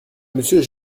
monsieur